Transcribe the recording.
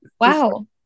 Wow